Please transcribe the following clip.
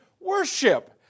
worship